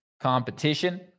competition